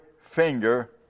finger